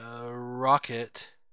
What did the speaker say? Rocket